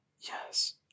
Yes